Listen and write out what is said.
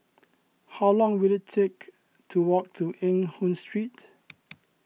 how long will it take to walk to Eng Hoon Street